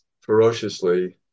ferociously